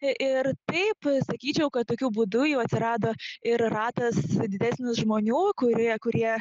ir taip sakyčiau kad tokiu būdu jau atsirado ir ratas didesnis žmonių kurie kurie